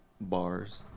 bars